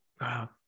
Wow